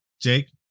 Jake